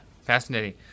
fascinating